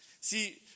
see